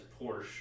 Porsche